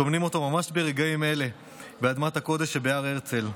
טומנים אותו ממש ברגעים אלה באדמת הקודש שבהר הרצל.